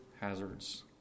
hazards